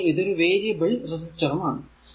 പിന്നെ ഇതൊരു വേരിയബിൾ റെസിസ്റ്ററും ആണ്